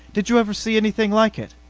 did you ever see anything like it?